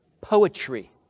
poetry